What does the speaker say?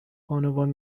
بانوان